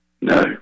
No